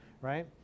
right